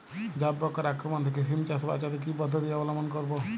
জাব পোকার আক্রমণ থেকে সিম চাষ বাচাতে কি পদ্ধতি অবলম্বন করব?